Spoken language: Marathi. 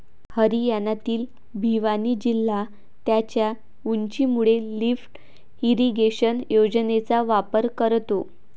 हरियाणातील भिवानी जिल्हा त्याच्या उंचीमुळे लिफ्ट इरिगेशन योजनेचा वापर करतो